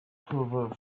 proverb